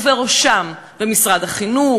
ובראשם במשרד החינוך,